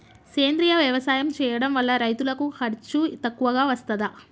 సేంద్రీయ వ్యవసాయం చేయడం వల్ల రైతులకు ఖర్చు తక్కువగా వస్తదా?